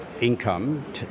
income